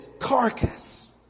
carcass